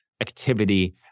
activity